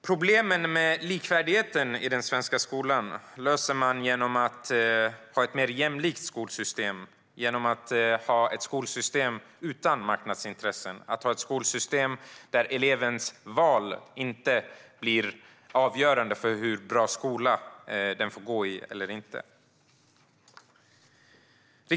Problemen med likvärdigheten i den svenska skolan löser man genom att ha ett mer jämlikt skolsystem, ett skolsystem utan marknadsintressen där elevens val inte blir avgörande för hur bra skola eleven får eller inte får gå i.